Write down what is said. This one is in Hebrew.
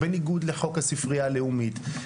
בניגוד לחוק הספרייה הלאומית,